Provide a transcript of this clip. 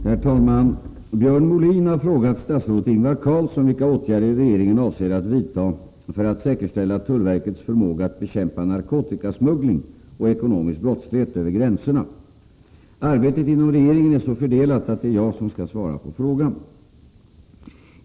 Herr talman! Björn Molin har frågat statsrådet Ingvar Carlsson vilka åtgärder regeringen avser att vidta för att säkerställa tullverkets förmåga att bekämpa narkotikasmuggling och ekonomisk brottslighet över gränserna. Arbetet inom regeringen är så fördelat att det är jag som skall svara på frågan.